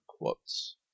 quotes